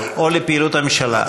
או בפעילות הממשלה.